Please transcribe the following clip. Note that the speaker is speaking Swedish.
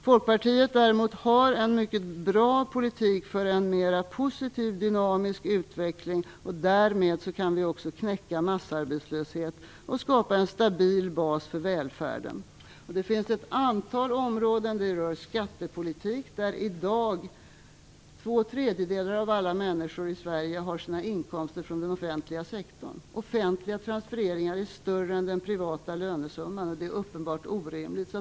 Folkpartiet har däremot en mycket bra politik för en mera positiv dynamisk utveckling. Därmed kan vi också knäcka massarbetslöshet och skapa en stabil bas för välfärden. Det rör ett antal områden. Det rör skattepolitik. I dag får två tredjedelar av alla människor i Sverige sin inkomst från den offentliga sektorn. De offentliga transfereringarna är alltså större än den privata lönesumman. Det är uppenbart orimligt.